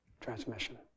transmission